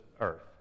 earth